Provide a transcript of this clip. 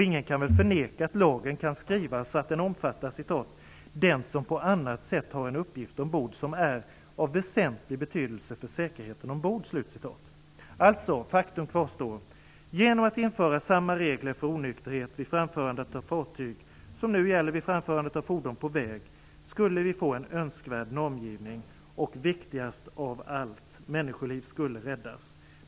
Ingen kan väl förneka att lagen kan skrivas så att den omfattar "den som på annat sätt har en uppgift ombord som är av väsentlig betydelse för säkerheten ombord". Faktum kvarstår. Genom att införa samma regler för onykterhet vid framförandet av fartyg som nu gäller vid framförandet av fordon på väg skulle vi få en önskvärd normgivning och, viktigast av allt, människoliv skulle räddas.